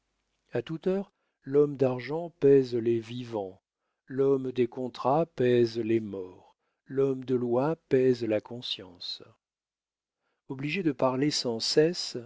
a toute heure l'homme d'argent pèse les vivants l'homme des contrats pèse les morts l'homme de loi pèse la conscience obligés de parler sans cesse